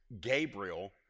Gabriel